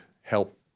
help